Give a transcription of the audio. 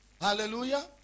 Hallelujah